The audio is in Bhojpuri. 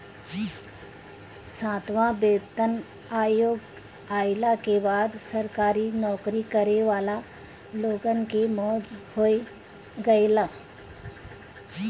सातवां वेतन आयोग आईला के बाद सरकारी नोकरी करे वाला लोगन के मौज हो गईल